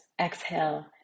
exhale